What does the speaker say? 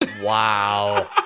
Wow